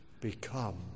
become